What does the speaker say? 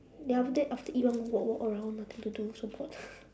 then after that after eat want go walk walk around nothing to do so bored